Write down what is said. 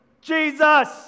Jesus